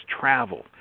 travel